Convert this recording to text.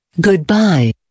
Goodbye